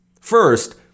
First